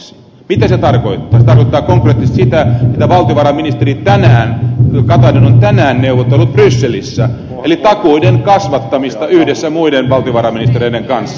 se tarkoittaa konkreettisesti sitä että valtiovarainministeri katainen on tänään neuvotellut brysselissä eli takuiden kasvattamista yhdessä muiden valtiovarainministereiden kanssa